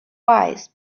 wise